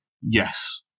Yes